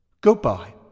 Goodbye